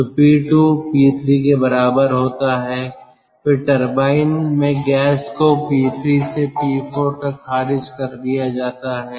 तो P2 P3 फिर turbine में गैस को P3 से P4 तक खारिज कर दिया जाता है